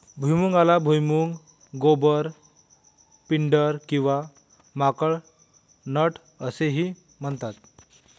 भुईमुगाला भुईमूग, गोबर, पिंडर किंवा माकड नट असेही म्हणतात